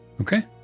Okay